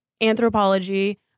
Anthropology